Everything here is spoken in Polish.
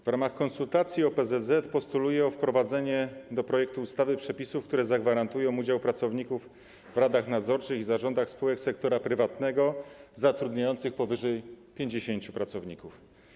W ramach konsultacji OPZZ postuluje o wprowadzenie do projektu ustawy przepisów, które zagwarantują udział pracowników w radach nadzorczych i zarządach spółek sektora prywatnego zatrudniających powyżej 50 pracowników.